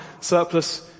surplus